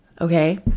Okay